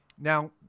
Now